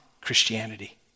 Christianity